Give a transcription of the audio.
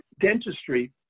dentistry